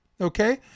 Okay